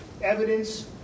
evidence